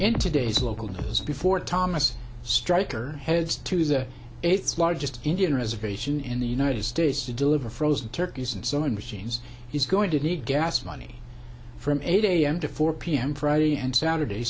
in today's local news before thomas streicher heads to the it's largest indian reservation in the united states to deliver frozen turkeys and sewing machines is going to need gas money from eight a m to four p m friday and saturday